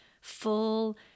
full